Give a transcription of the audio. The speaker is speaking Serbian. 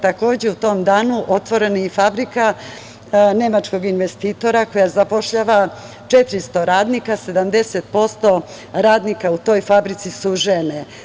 Takođe, u tom danu je otvorena i fabrika Nemačkog investitora, koja zapošljava 400 radnika, 70% radnika u toj fabrici su žene.